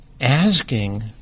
Asking